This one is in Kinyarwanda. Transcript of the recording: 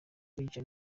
kwica